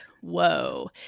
whoa